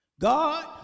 God